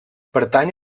pertany